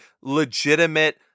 legitimate